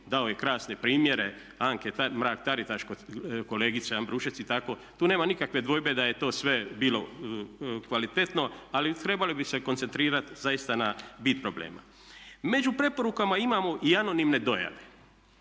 dao je krasne primjere, Anke Mrak Taritaš, kod kolegice Ambrušec i tako. Tu nema nikakve dvojbe da je to sve bilo kvalitetno ali trebali bi se koncentrirati zaista na bit problema. Među preporukama imamo i anonimne dojave.